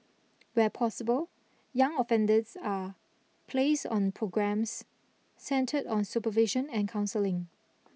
where possible young offenders are placed on programmes centred on supervision and counselling